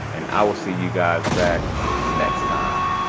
and i will see you guys back next time.